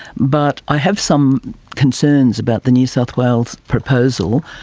but i have some concerns about the new south wales proposal.